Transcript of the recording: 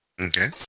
Okay